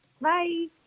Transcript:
Bye